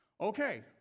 Okay